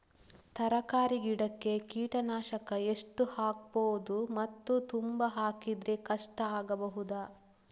ತರಕಾರಿ ಗಿಡಕ್ಕೆ ಕೀಟನಾಶಕ ಎಷ್ಟು ಹಾಕ್ಬೋದು ಮತ್ತು ತುಂಬಾ ಹಾಕಿದ್ರೆ ಕಷ್ಟ ಆಗಬಹುದ?